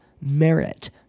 merit